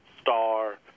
star